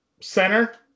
Center